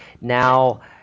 now